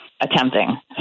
attempting